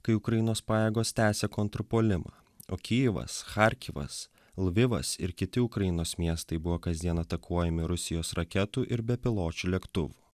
kai ukrainos pajėgos tęsia kontrpuolimą o kijevas charkovas lavivas ir kiti ukrainos miestai buvo kasdien atakuojami rusijos raketų ir bepiločių lėktuvų